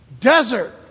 Desert